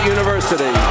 University